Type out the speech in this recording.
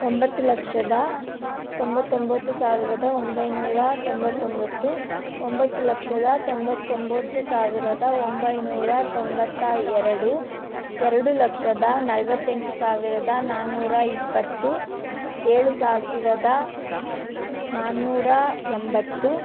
ಒಂಬತ್ತು ಲಕ್ಷದ ತೊಂಬತ್ತೊಂಬತ್ತು ಸಾವಿರದ ಒಂಬೈನೂರ ತೊಂಬತ್ತೊಂಬತ್ತು ಒಂಬತ್ತು ಲಕ್ಷದ ತೊಂಬತ್ತೊಂಬತ್ತು ಸಾವಿರದ ಒಂಬೈನೂರ ತೊಂಬತ್ತ ಎರಡು ಎರಡು ಲಕ್ಷದ ನಲವತ್ತೆಂಟು ಸಾವಿರದ ನಾನ್ನೂರ ಇಪ್ಪತ್ತು ಏಳು ಸಾವಿರದ ನಾನ್ನೂರ ಎಂಬತ್ತು